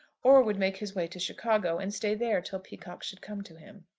or would make his way to chicago, and stay there till peacocke should come to him.